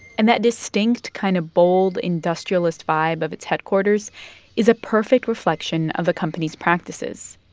and that distinct kind of bold, industrialist vibe of its headquarters is a perfect reflection of the company's practices.